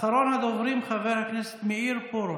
אחרון הדוברים, חבר הכנסת מאיר פרוש.